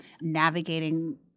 navigating